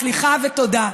נואׇל, סליחה ותודה.